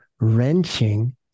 wrenching